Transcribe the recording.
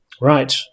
Right